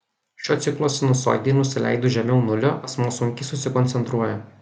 šio ciklo sinusoidei nusileidus žemiau nulio asmuo sunkiai susikoncentruoja